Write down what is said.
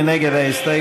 מי נגד ההסתייגות?